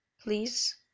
Please